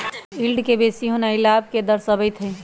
yield के बेशी होनाइ लाभ के दरश्बइत हइ